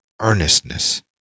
earnestness